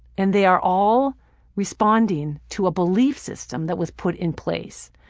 and they are all responding to a belief system that was put in place.